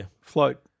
float